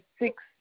six